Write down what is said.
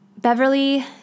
Beverly